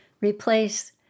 replace